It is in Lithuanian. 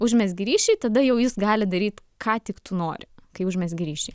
užmezgi ryšį tada jau jis gali daryt ką tik tu nori kai užmezgi ryšį